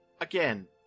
again